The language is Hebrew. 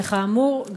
וכאמור,